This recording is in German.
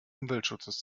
umweltschutzes